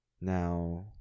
now